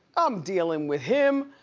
i'm dealing with him.